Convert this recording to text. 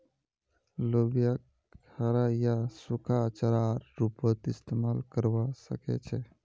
लोबियाक हरा या सूखा चारार रूपत इस्तमाल करवा सके छे